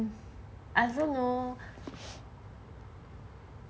I don't know